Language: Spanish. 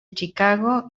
chicago